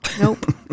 Nope